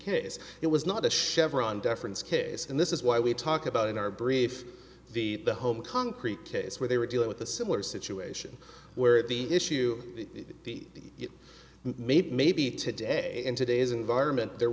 case it was not a chevron deference case and this is why we talk about in our brief the the home concrete case where they were dealing with a similar situation where it be issue the maybe maybe today in today's environment the